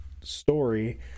story